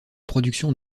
production